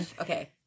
Okay